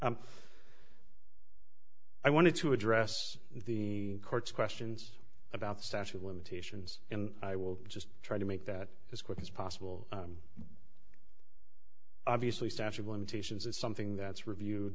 i wanted to address the court's questions about the statute of limitations and i will just try to make that as quick as possible obviously statue of limitations is something that's review